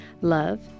Love